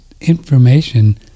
information